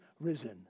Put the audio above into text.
risen